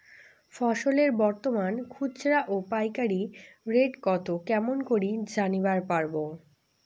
ফসলের বর্তমান খুচরা ও পাইকারি রেট কতো কেমন করি জানিবার পারবো?